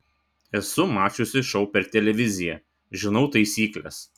esu mačiusi šou per televiziją žinau taisykles